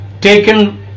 taken